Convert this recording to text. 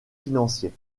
financiers